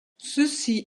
ceci